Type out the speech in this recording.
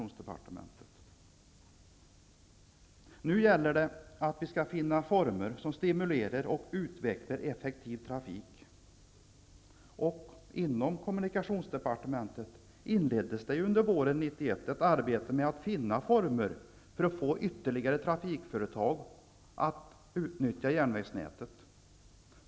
Nu gäller det att finna former som stimulerar och utvecklar en effektiv trafik. Inom kommunikationsdepartementet inleddes under våren 1991 ett arbete med att finna former för att få ytterligare trafikföretag att utnyttja järnvägsnätet.